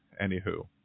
Anywho